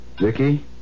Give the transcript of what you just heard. Vicky